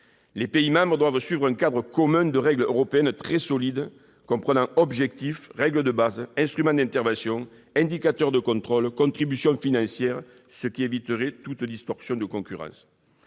les pays membres doivent suivre un cadre commun de règles européennes très solides, comprenant objectifs, règles de base, instrument d'intervention, indicateurs de contrôle et contributions financières, ce qui éviterait toute distorsion de concurrence.